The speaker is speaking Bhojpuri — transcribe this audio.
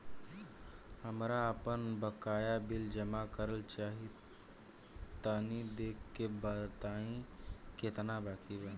हमरा आपन बाकया बिल जमा करल चाह तनि देखऽ के बा ताई केतना बाकि बा?